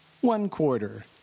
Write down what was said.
one-quarter